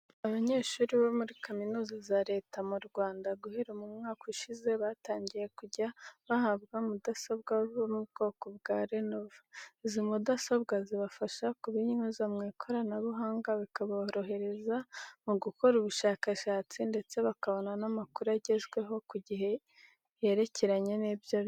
Abanyeshuri bo muri kaminuza za leta mu Rwanda guhera mu mwaka ushize batangiye kujya bahabwa mudasobwa zo mu bwoko bwa lenovo. Izi mudasobwa zibafasha kuba intyoza mu ikoranabuhanga bikabohereza mu gukora ubushakashatsi ndetse bakabona n'amakuru agezweho ku gihe yerekeranye n'ibyo biga.